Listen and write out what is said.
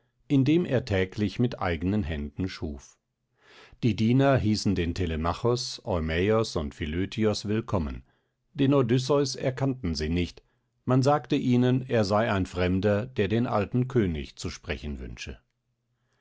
dem er täglich mit eignen händen schuf die diener hießen den telemachos eumäos und philötios willkommen den odysseus erkannten sie nicht man sagte ihnen er sei ein fremder der den alten könig zu sprechen wünsche